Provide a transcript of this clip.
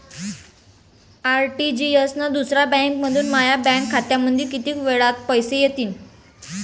RTGS न दुसऱ्या बँकेमंधून माया बँक खात्यामंधी कितीक वेळातं पैसे येतीनं?